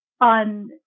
on